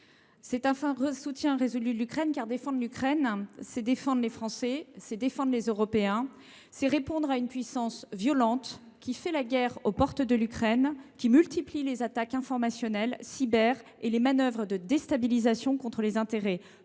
est un soutien résolu de l’Ukraine, car défendre l’Ukraine, c’est défendre les Français et les Européens, c’est répondre à une puissance violente qui fait la guerre aux portes de l’Europe, qui multiplie les attaques informationnelles, les cyberattaques et les manœuvres de déstabilisation contre les intérêts